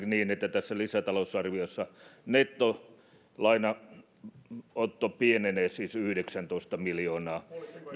niin että tässä lisätalousarviossa nettolainanotto pienenee siis yhdeksäntoista miljoonaa